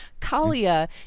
Kalia